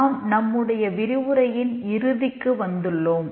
நான் நம்முடைய விரிவுரையின் இறுதிக்கு வந்துள்ளோம்